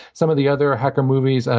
some of the other hacker movies.